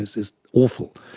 it's awful.